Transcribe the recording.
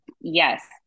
yes